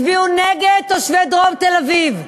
הצביעו נגד תושבי דרום תל-אביב,